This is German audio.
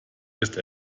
ist